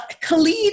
Khalid